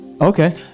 okay